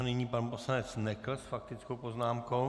Nyní pan poslanec Nekl s faktickou poznámkou.